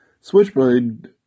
Switchblade